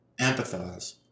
empathize